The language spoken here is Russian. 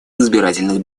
избирательных